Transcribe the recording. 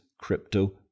crypto